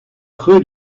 creux